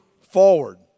forward